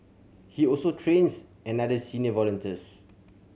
he also trains another senior volunteers